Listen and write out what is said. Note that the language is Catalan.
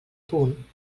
punt